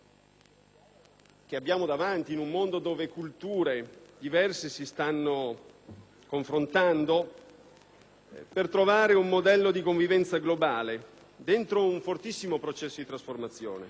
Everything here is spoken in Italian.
che abbiamo davanti, in un mondo dove culture diverse si stanno confrontando per trovare un modello di convivenza globale, all'interno di un fortissimo processo di trasformazione.